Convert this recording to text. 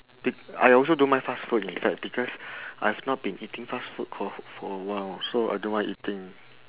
be~ I also don't mind fast food in fact because I've not been eating fast food for for a while so I don't mind eating